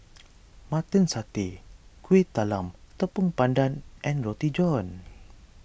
Mutton Satay Kueh Talam Tepong Pandan and Roti John